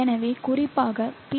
எனவே குறிப்பாக பி